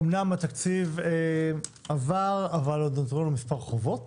אומנם התקציב עבר, אבל נותרו עוד מספר חובות